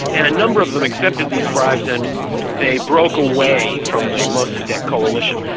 and a number of them accepted these bribes, and they broke away from the mossadeq coalition.